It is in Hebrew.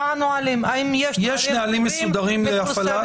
האם יש נהלים מסודרים להפעלה?